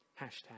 Hashtag